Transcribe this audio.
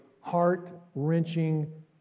heart-wrenching